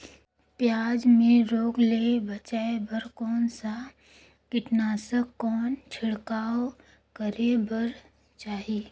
पियाज मे रोग ले बचाय बार कौन सा कीटनाशक कौन छिड़काव करे बर चाही?